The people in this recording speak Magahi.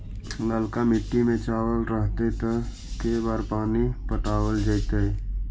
ललका मिट्टी में चावल रहतै त के बार पानी पटावल जेतै?